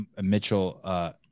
Mitchell